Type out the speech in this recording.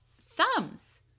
thumbs